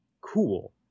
cool